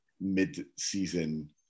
mid-season